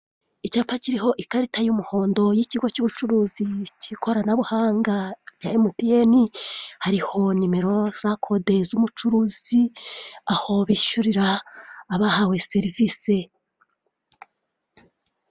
Icyapa kiriho ikarita y'umuhondo y'ikigo cy'ubucuruzi cy'ikoranabuhanga cya emutiyeni, hariho nimero za kode z'umucuruzi aho bishyurira abahawe serivise.